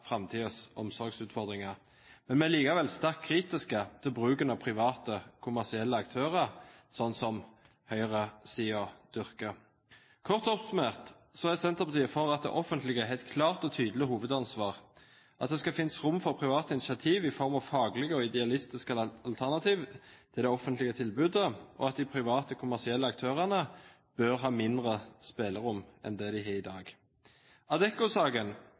Vi er likevel sterkt kritiske til bruken av private, kommersielle aktører som høyresiden dyrker. Kort oppsummert er Senterpartiet for at det offentlige skal ha et klart og tydelig hovedansvar, at det skal finnes rom for private initiativ i form av faglige og idealistiske alternativer til det offentlige tilbudet, og at de private, kommersielle aktørene bør ha mindre spillerom enn det de har i